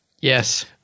Yes